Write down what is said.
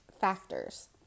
factors